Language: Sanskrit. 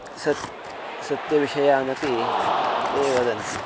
सत्यं सत्यविषयानपि ते वदन्ति